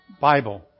Bible